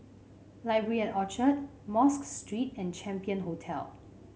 Library at Orchard Mosque Street and Champion Hotel